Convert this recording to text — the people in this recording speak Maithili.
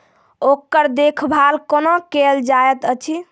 ओकर देखभाल कुना केल जायत अछि?